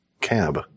cab